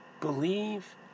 believe